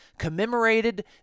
commemorated